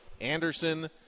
Anderson